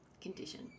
condition